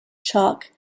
chalk